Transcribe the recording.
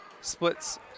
splits